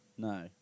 No